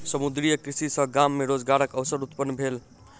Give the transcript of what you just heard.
समुद्रीय कृषि सॅ गाम मे रोजगारक अवसर उत्पन्न भेल